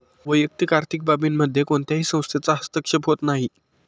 वैयक्तिक आर्थिक बाबींमध्ये कोणत्याही संस्थेचा हस्तक्षेप होत नाही